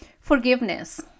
Forgiveness